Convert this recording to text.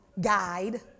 guide